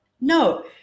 No